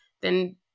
Then-